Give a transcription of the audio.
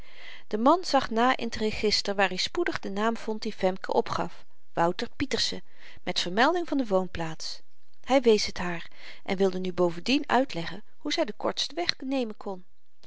de man zag na in t register waar i spoedig den naam vond dien femke opgaf wouter pieterse met vermelding van de woonplaats hy wees het haar en wilde nu bovendien uitleggen hoe zy den kortsten weg nemen kon